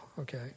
okay